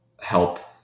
help